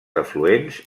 afluents